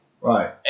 Right